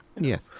Yes